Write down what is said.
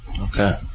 Okay